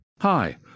Hi